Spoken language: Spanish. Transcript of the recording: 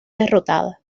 derrotada